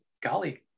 golly